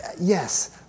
Yes